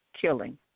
killing